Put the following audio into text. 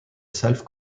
self